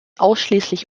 ausschließlich